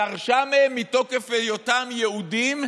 דרשה מהם, מתוקף היותם יהודים,